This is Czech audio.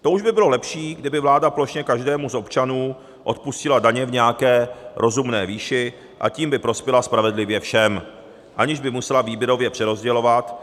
To už by bylo lepší, kdyby vláda plošně každému z občanů odpustila daně v nějaké rozumné výši, a tím by prospěla spravedlivě všem, aniž by musela výběrově přerozdělovat.